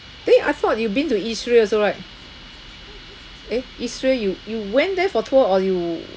eh I thought you been to israel also right eh israel you you went there for tour or you